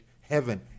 heaven